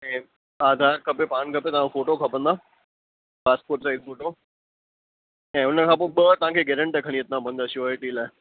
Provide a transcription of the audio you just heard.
ऐं आधार खपे पान खपे तव्हांजो फ़ोटो खपंदा पासपोर्ट साईज़ फ़ोटो ऐं उन खां पोइ ॿ तांखे गेरेंटर खणी अचिणा पवंदा श्यॉरिटी लाइ